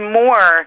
more